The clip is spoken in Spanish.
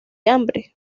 hambre